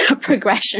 progression